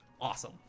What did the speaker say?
awesome